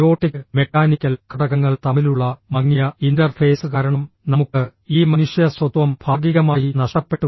biotic mechanical ഘടകങ്ങൾ തമ്മിലുള്ള മങ്ങിയ ഇന്റർഫേസ് കാരണം നമുക്ക് ഈ മനുഷ്യ സ്വത്വം ഭാഗികമായി നഷ്ടപ്പെട്ടു